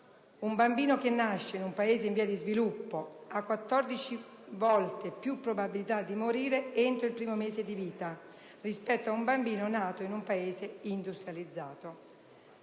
Un bambino che nasce in un Paese in via di sviluppo ha 14 volte più probabilità di morire entro il primo mese di vita rispetto a un bambino nato in un Paese industrializzato.